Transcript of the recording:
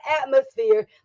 atmosphere